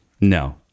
No